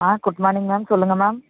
ஆ good morning ma'am சொல்லுங்கள் ma'am